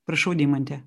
prašau deimante